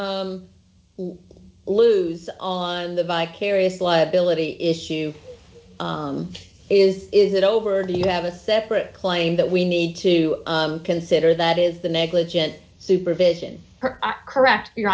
u lose on the vicarious liability issue is is it over the you have a separate claim that we need to consider that is the negligent supervision or correct your